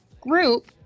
group